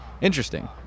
interesting